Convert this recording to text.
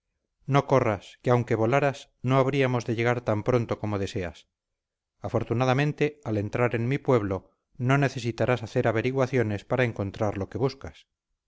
no corras que aunque volaras no habríamos de llegar tan pronto como deseas afortunadamente al entrar en mi pueblo no necesitarás hacer averiguaciones para encontrar lo que buscas